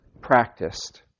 practiced